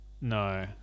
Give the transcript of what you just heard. No